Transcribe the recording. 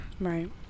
right